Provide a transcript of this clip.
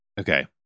Okay